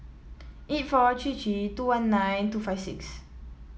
eight four three three two one nine two five six